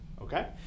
okay